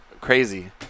crazy